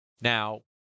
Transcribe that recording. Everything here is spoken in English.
Now